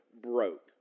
broke